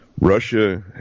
Russia